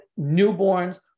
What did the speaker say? newborns